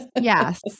Yes